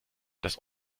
das